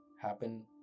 happen